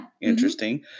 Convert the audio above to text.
Interesting